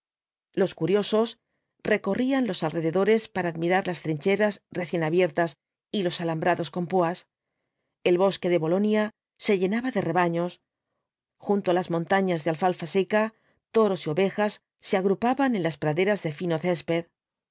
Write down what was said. los curiosos recorrían los alrededores para admirar las trincheras recién abiertas y los alambrados con púas el bosque de bolonia se llenaba de rebaños junto á montañas de alfalfa seca toros y ovejas se agrupaban en las praderas de fino césped